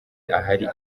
ahari